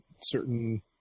certain